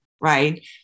right